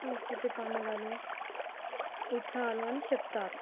సంస్కృతి పండుగలు ఉత్సవాలు అని చెప్తారు